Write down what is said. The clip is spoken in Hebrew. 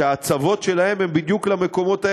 שההצבות שלהם הם בדיוק למקומות האלה,